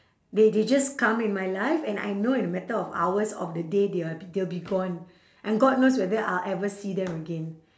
they they just come in my life and I know in a matter of hours of the day they're they'll be gone and god knows whether I'll ever see them again